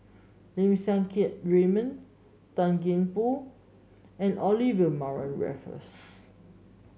Lim Siang Keat Raymond Gan Thiam Poh and Olivia Mariamne Raffles